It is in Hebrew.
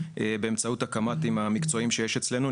באמצעות הקמ"טים המקצועיים שיש אצלנו,